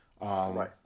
Right